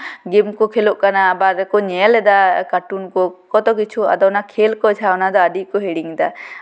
ᱜᱮ ᱢ ᱠᱚ ᱠᱷᱮᱹᱞᱳᱜ ᱠᱟᱱᱟ ᱟᱵᱟᱨ ᱠᱚ ᱧᱮᱞᱮᱫᱟ ᱠᱟᱴᱩᱱ ᱠᱚ ᱠᱚᱛᱚ ᱠᱤᱪᱷᱩ ᱟᱫᱚ ᱡᱟᱦᱟᱸ ᱠᱷᱮᱹᱞ ᱠᱚ ᱡᱟᱦᱟᱸ ᱟᱫᱚ ᱚᱱᱟ ᱟᱹᱰᱤ ᱜᱮᱠᱚ ᱦᱤᱲᱤᱧᱮᱫᱟ